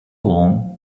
long